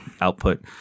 output